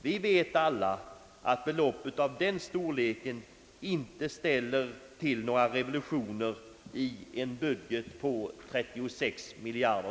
Vi vet alla att belopp av den storleken inte ställer till några revolutioner i en budget på 36 miljarder.